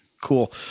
cool